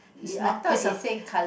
is not is a